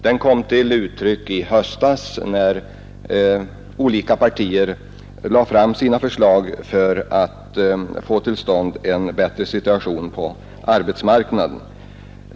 Den kom till uttryck i höstas, när olika partier lade fram sina förslag för att få till stånd en bättre situation på arbetsmarknaden.